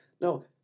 No